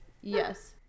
Yes